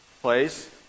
place